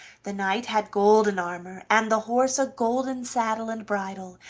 the knight had golden armor, and the horse a golden saddle and bridle,